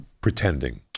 pretending